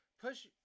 push